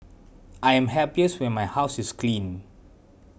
I am happiest when my house is clean